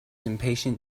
impatient